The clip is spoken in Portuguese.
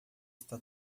está